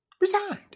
resigned